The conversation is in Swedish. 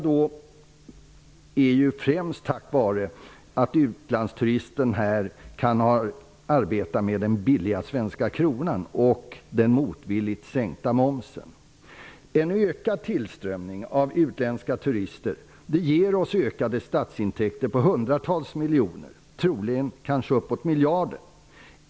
Den främsta anledningen till detta är att utlandsturismen här kan dra fördel av den billiga svenska kronan och den motvilligt sänkta momsen. En ökad tillströmning av utländska turister ger oss ökningar i statsintäkterna om hundratals miljoner, kanske med uppemot en miljard.